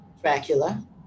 Dracula